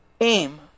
aim